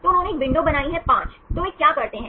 तो उन्होंने एक विंडो बनाई है 5 तो वे क्या करते हैं